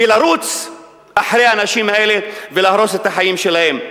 לרוץ אחרי האנשים האלה ולהרוס את החיים שלהם.